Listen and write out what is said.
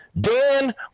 Dan